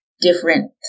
different